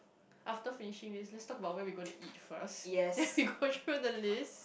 after finishing this let's talk about where we gonna eat first then we go through the list